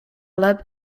lab